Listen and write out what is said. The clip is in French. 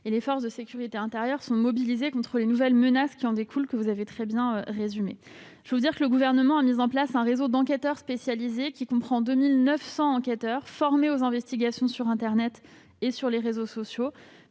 Les forces de sécurité intérieures sont mobilisées contre les nouvelles menaces qui en découlent- vous les avez parfaitement résumées. Le Gouvernement a mis en place un réseau d'enquêteurs spécialisés comprenant plus de 2 900 enquêteurs formés aux investigations sur internet et les réseaux sociaux,